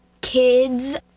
kids